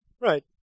right